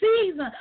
season